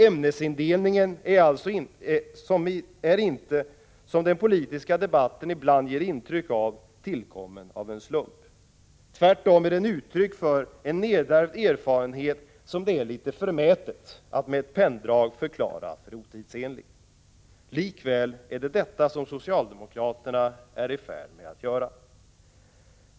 Ämnesindelningen är inte, som den politiska debatten ibland ger intryck av, tillkommen av en slump. Tvärtom är den uttryck för en nedärvd erfarenhet, som det är litet förmätet att med ett penndrag förklara för otidsenlig. Likväl är det detta som socialdemokraterna är i färd med att göra.